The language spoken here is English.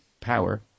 power